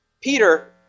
Peter